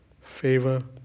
Favor